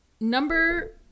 Number